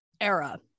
era